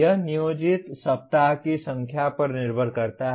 यह नियोजित सप्ताह की संख्या पर निर्भर करता है